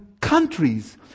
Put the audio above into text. countries